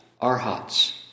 Arhats